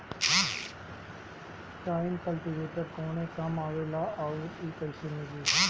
Tine cultivator कवने काम आवेला आउर इ कैसे मिली?